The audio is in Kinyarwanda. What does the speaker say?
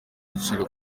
bicirwa